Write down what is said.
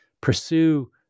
pursue